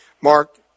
Mark